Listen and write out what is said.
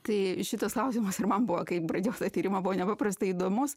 tai šitas klausimas ir man buvo kai pradėjau tą tyrimą buvo nepaprastai įdomus